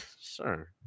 sure